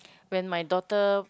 when my daughter